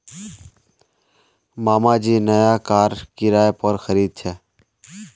मामा जी नया कार किराय पोर खरीदा छे